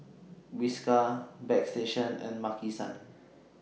Whiskas Bagstationz and Maki San